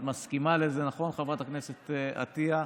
את מסכימה לזה, נכון, חברת הכנסת עטייה?